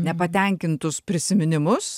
nepatenkintus prisiminimus